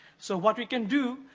so, what we can do,